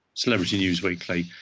celebrity newsweekly.